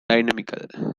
dynamical